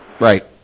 Right